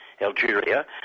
Algeria